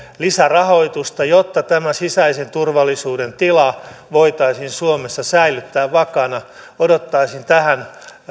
lisärahoitusta jotta tämä sisäisen turvallisuuden tila voitaisiin suomessa säilyttää vakaana odottaisin tähän